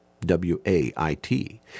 W-A-I-T